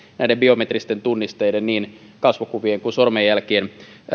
näiden biometristen tunnisteiden niin kasvokuvien kuin sormenjälkien